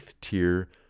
tier